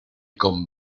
con